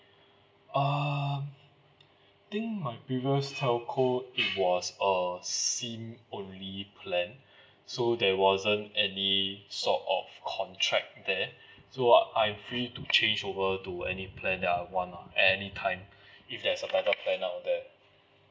uh I think my previous telco it was a SIM only plan so there wasn't any sort of contract there so I'm free to change over to any plan that I want at any time if there's a better plan out there